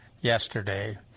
yesterday